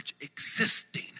existing